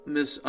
Miss